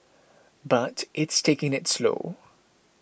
but it's taking it slow